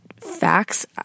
facts